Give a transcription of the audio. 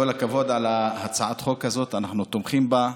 כל הכבוד על הצעת החוק הזאת, אנחנו תומכים בה,